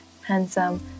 handsome